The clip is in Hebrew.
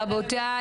רבותיי,